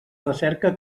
recerca